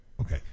Okay